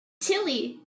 Tilly